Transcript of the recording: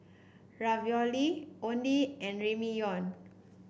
Ravioli Oden and Ramyeon